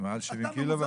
מעל 70 קילו-וואט?